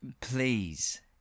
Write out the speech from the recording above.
Please